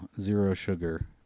zero-sugar